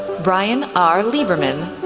bryan r. liberman,